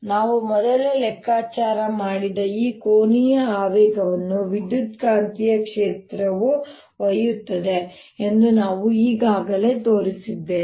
ನಾವು ಮೊದಲೇ ಲೆಕ್ಕಾಚಾರ ಮಾಡಿದ ಈ ಕೋನೀಯ ಆವೇಗವನ್ನು ವಿದ್ಯುತ್ಕಾಂತೀಯ ಕ್ಷೇತ್ರವು ಒಯ್ಯುತ್ತದೆ ಎಂದು ನಾವು ಈಗಾಗಲೇ ತೋರಿಸಿದ್ದೇವೆ